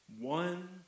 one